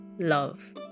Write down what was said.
Love